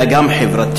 אלא גם חברתית,